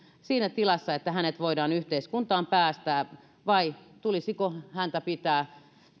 siinä tilassa että hänet voidaan yhteiskuntaan päästää vai tulisiko häntä pitää